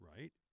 right